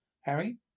Harry